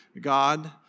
God